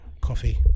coffee